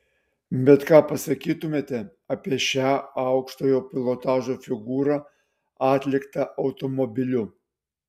bet ką pasakytumėte apie šią aukštojo pilotažo figūrą atliktą automobiliu